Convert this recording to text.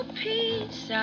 peace